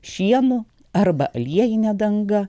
šienu arba aliejine danga